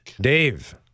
Dave